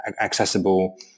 accessible